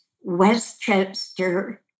Westchester